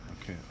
Okay